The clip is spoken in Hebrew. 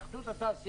עם התאחדות התעשיינים,